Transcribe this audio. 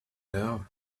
now